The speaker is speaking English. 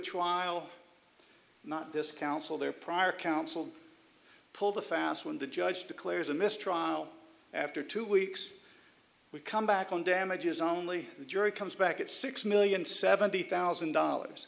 trial not this council their prior counsel pulled a fast one the judge declares a mistrial after two weeks we come back on damages only the jury comes back at six million seventy thousand dollars